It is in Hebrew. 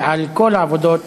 ועל כל העבודות,